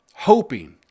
hoping